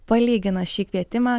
palygina šį kvietimą